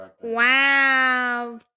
wow